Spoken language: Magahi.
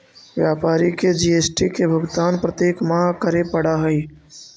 व्यापारी के जी.एस.टी के भुगतान प्रत्येक माह करे पड़ऽ हई